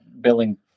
billing